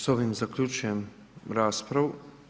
S ovim zaključujem raspravu.